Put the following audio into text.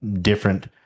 different